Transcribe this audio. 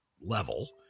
level